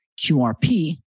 QRP